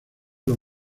los